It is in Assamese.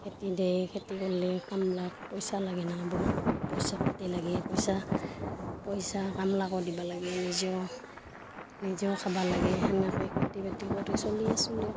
খেতি দেই খেতি কৰলে কামলাক পইচা লাগে না বহুত পইচা পাতি লাগে পইচা পইচা কামলাকো দিবা লাগে নিজেও নিজেও খাবা লাগে সেনেকৈ খেতি বাতি কৰি চলি আছোঁ দিয়ক